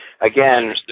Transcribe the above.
Again